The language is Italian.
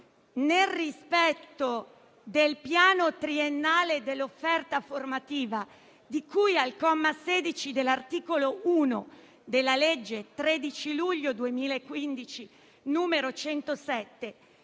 nel rispetto del piano triennale dell'offerta formativa di cui al comma 16 dell'articolo 1 della legge 13 luglio 2015, n. 107,